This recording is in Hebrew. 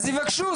אז יבקשו.